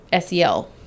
sel